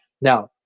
Now